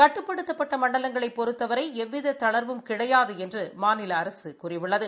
கட்டுப்படுத்தப்பட்ட மண்டலங்களைப் பொறுத்தவரை எவ்வித தளா்வும் கிடையாது என்றும் மாநில அரசு கூறியுள்ளது